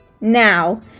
Now